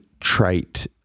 trait